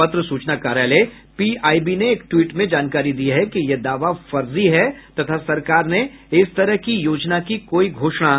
पत्र सूचना कार्यालय पीआईबी ने एक ट्वीट में जानकारी दी है कि यह दावा फर्जी है तथा सरकार ने इस तरह की योजना की कोई घोषणा नहीं की